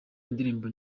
indirimbo